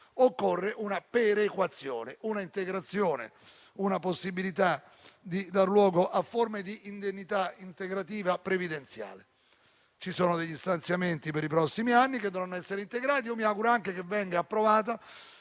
occorrono una perequazione, una integrazione, una possibilità di dar luogo a forme di indennità previdenziale integrativa. Ci sono degli stanziamenti per i prossimi anni, che dovranno essere integrati. Io mi auguro anche che venga approvata